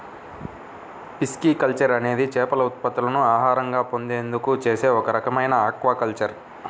pisciculture అనేది చేపల ఉత్పత్తులను ఆహారంగా పొందేందుకు చేసే ఒక రకమైన ఆక్వాకల్చర్